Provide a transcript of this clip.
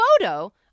photo